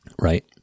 right